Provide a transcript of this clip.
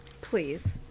Please